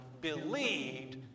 believed